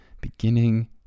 beginning